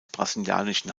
brasilianischen